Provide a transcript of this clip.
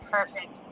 Perfect